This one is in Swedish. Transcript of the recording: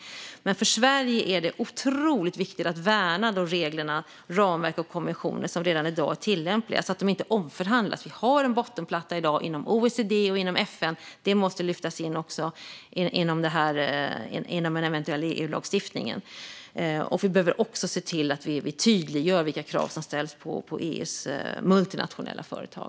Men för Sverige är det otroligt viktigt att värna de regler, ramverk och konventioner som redan i dag är tillämpliga, så att de inte omförhandlas. Vi har i dag en bottenplatta inom OECD och inom FN; detta måste lyftas in också i en eventuell EU-lagstiftning. Vi behöver också se till att vi tydliggör vilka krav som ställs på EU:s multinationella företag.